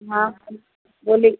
हाँ बोलिए